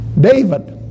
David